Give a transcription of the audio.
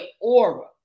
aura